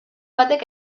batek